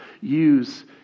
use